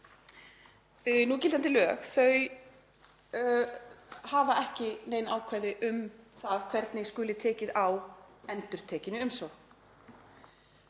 Núgildandi lög hafa ekki nein ákvæði um það hvernig skuli tekið á endurtekinni umsókn.